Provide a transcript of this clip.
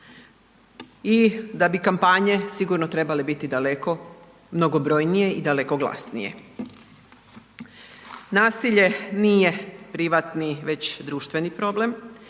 i da bi kampanje sigurno trebale biti daleko mnogobrojnije i daleko glasnije. Nasilje nije privatni već društveni problem,